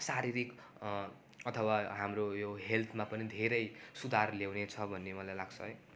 शारीरिक अथवा हाम्रो यो हेल्थमा पनि धेरै सुधार ल्याउने छ भन्ने मलाई लाग्छ है